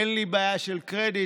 אין לי בעיה של קרדיט.